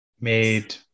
Made